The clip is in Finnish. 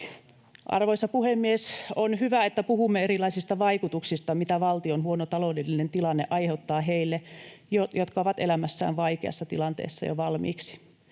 Arvoisa puhemies! On hyvä, että puhumme erilaisista vaikutuksista, mitä valtion huono taloudellinen tilanne aiheuttaa heille, jotka ovat elämässään vaikeassa tilanteessa jo valmiiksi.